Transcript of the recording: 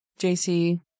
jc